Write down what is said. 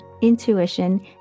intuition